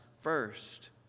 first